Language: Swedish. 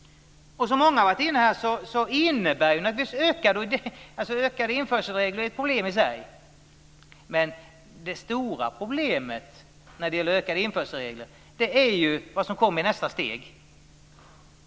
Regler om ökad införsel är ett problem i sig, men det stora problemet när det gäller reglerna om ökad införsel är ju det som kommer i nästa steg.